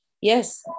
Yes